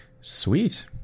Sweet